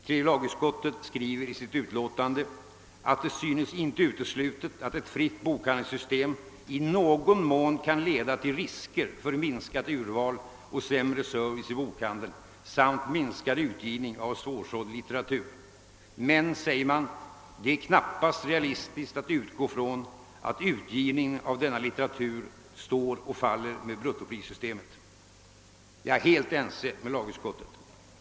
Tredje lagutskottet skriver i sitt utlåtande att det synes inte uteslutet att ett fritt bokhandelssystem i någon mån kan leda till risker för minskat urval och sämre service i bokhandeln samt minskad utgivning av svårsåld litteratur. Men, säger man, det är knappast realistiskt att utgå från att utgivningen av denna litteratur står och faller med bruttoprissystemet. Jag är helt ense med tredje lagutskottet.